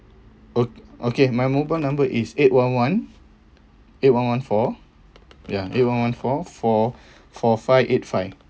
ok~ okay my mobile number is eight one one eight one one four ya eight one one four four four five eight five